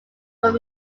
from